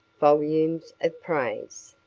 volumes of praise.